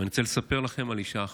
ואני רוצה לספר לכם על אישה אחת,